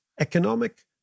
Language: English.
economic